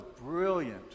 brilliant